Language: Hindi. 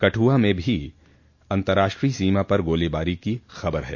कठुआ में भी अंतर्राष्ट्रीय सीमा पर गोलीबारी की खबरें हैं